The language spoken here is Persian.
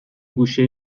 گوشه